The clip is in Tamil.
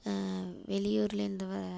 வெளி ஊர்லேருந்து வர